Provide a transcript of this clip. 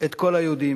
את כל היהודים".